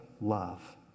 love